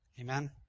Amen